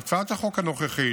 בהצעת החוק הנוכחית